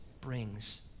brings